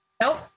Nope